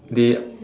they